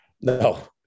No